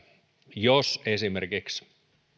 jos esimerkiksi